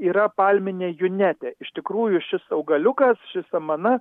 yra palminė junetė iš tikrųjų šis augaliukas ši samana